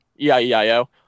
E-I-E-I-O